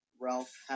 Ralph